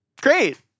Great